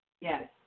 Yes